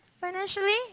financially